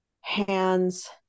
hands